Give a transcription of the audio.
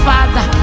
Father